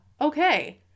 okay